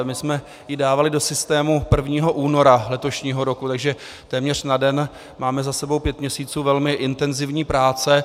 My jsme ji dávali do systému 1. února letošního roku, takže téměř na den máme za sebou pět měsíců velmi intenzivní práce.